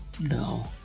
no